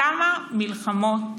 כמה מלחמות